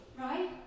right